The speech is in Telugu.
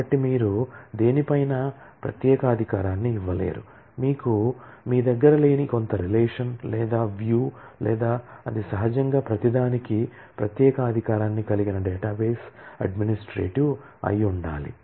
కాబట్టి మీరు దేనిపైనా ప్రత్యేక అధికారాన్ని ఇవ్వలేరు మీకు మీ దగ్గర లేని కొంత రిలేషన్ లేదా వ్యూ లేదా అది సహజంగా ప్రతిదానికీ ప్రత్యేక అధికారాన్ని కలిగిన డేటాబేస్ అడ్మినిస్ట్రేటివ్ అయి ఉండాలి